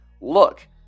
look